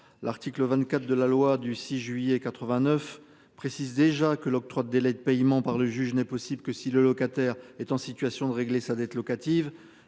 L'article 24 de la loi du six juillet 89 précise déjà que l'octroi de délais de paiement par le juge n'est possible que si le locataire est en situation de régler sa dette locative